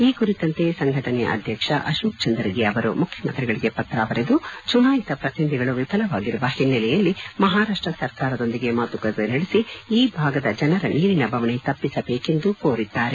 ಈ ಕುರಿತಂತೆ ಸಂಘಟನೆಯ ಅಧ್ಯಕ್ಷ ಅಶೋಕ್ ಚಂದರಗಿ ಅವರು ಮುಖ್ಯಮಂತ್ರಿಗಳಿಗೆ ಪತ್ರ ಬರೆದು ಚುನಾಯಿತ ಪ್ರತಿನಿಧಿಗಳು ವಿಫಲವಾಗಿರುವ ಹಿನ್ನೆಲೆಯಲ್ಲಿ ಮಹಾರಾಷ್ಷ ಸರ್ಕಾರದೊಂದಿಗೆ ಮಾತುಕತೆ ನಡೆಸಿ ಈ ಭಾಗದ ಜನರ ನೀರಿನ ಬವಣೆಯನ್ನು ತಪ್ಪಿಸಬೇಕೆಂದು ಕೋರಿದ್ದಾರೆ